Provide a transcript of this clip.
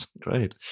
Great